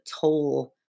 toll